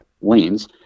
lanes